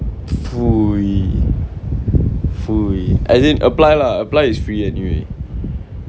as in apply lah apply is free anyway